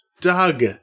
Doug